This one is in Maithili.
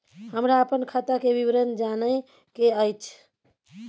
हमरा अपन खाता के विवरण जानय के अएछ?